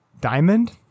Diamond